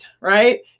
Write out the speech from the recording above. right